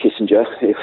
Kissinger